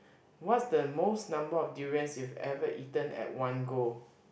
what's the most number of durians you've ever eaten at one go